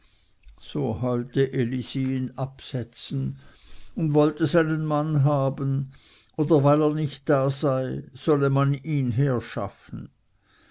so heulte elisi in absätzen und wollte seinen mann haben oder weil er nicht da sei solle man ihm ihn herschaffen